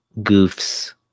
goofs